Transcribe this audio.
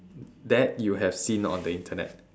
that you have seen on the internet